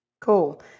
Cool